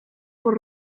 por